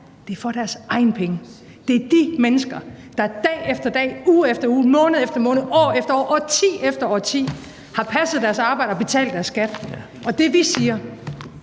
det er for deres egne penge. Det er de mennesker, der dag efter dag, uge efter uge, måned efter måned, år efter år, årti efter årti har passet deres arbejde og betalt deres skat. Og det, vi siger,